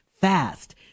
fast